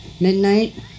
midnight